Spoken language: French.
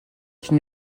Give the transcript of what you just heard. qu’il